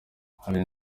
hari